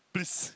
please